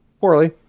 poorly